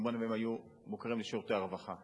מובן שהם היו מוכרים לשירותי הרווחה,